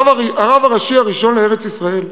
הרב הראשי הראשון לארץ-ישראל,